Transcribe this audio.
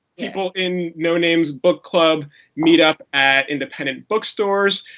people in noname's book club meet up at independent bookstores.